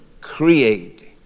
create